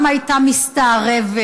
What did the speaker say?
גם הייתה מסתערבת,